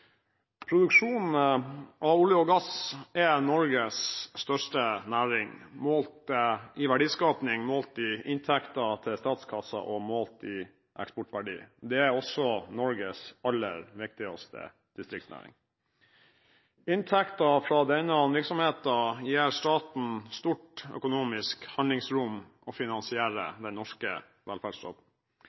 Produksjonen av olje og gass er Norges største næring i verdiskaping målt i inntekter til statskassen og målt i eksportverdi. Det er også Norges aller viktigste distriktsnæring. Inntekter fra denne virksomheten gir staten stort økonomisk handlingsrom til å finansiere den norske velferdsstaten.